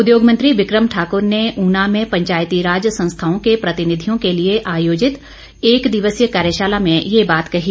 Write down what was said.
उद्योग मंत्री बिक्रम ठाकूर ने ऊना में पंचायतीराज संस्थाओं के प्रतिनिधियों के लिए आयोजित एक दिवसीय कार्यशाला में ये बात कही